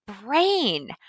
brain